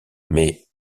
mais